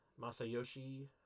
Masayoshi